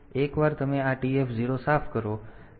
એકવાર તમે આ TF0 સાફ કરો